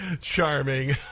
charming